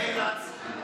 מאיר לנסקי.